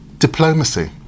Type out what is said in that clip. diplomacy